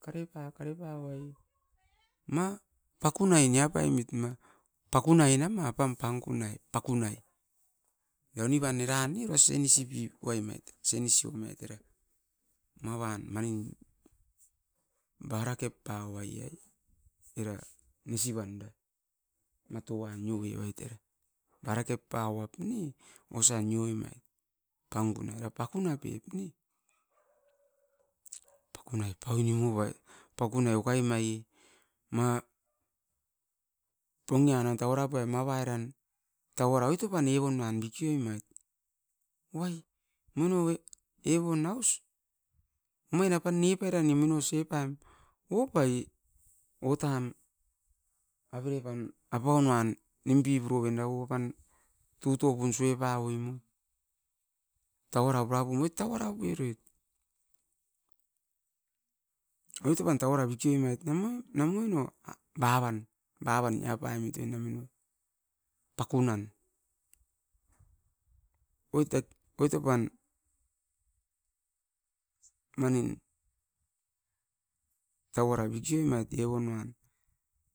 Kare pam ma pakuna ma torieva, era oini van oin tovoi mait era 'panguna' era apan nima onivan ne era ninda makasi onivam era 'pakunai' pakunai ukai maie ma pongean pura punoi mait mavai ran tauara oito pan bikioi mait, moino